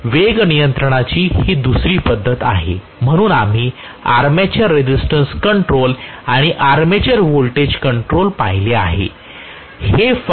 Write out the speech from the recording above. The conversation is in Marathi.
तर वेग नियंत्रणाची ही दुसरी पद्धत आहे म्हणून आम्ही आर्मेचर रेझिस्टन्स कंट्रोल आणि आर्मेचर व्होल्टेज कंट्रोल पाहिले आहे